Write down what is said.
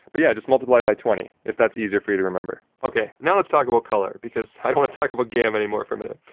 but yeah, just multiply it by twenty if that's easier for you to remember. okay, now let's talk about colour because i don't want to talk about gamma anymore for a minute.